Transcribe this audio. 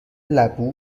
لبو